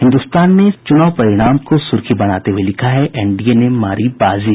हिन्दुस्तान ने चुनाव परिणाम को सुर्खी बनाते हुये लिखा है एनडीए ने मारी बाजी